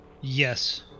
Yes